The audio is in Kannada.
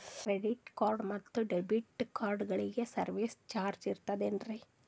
ಕ್ರೆಡಿಟ್ ಕಾರ್ಡ್ ಮತ್ತು ಡೆಬಿಟ್ ಕಾರ್ಡಗಳಿಗೆ ಸರ್ವಿಸ್ ಚಾರ್ಜ್ ಇರುತೇನ್ರಿ?